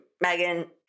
Megan